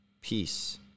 peace